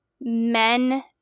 men